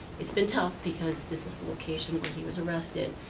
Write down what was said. it's been tough because this is the location where he was arrested,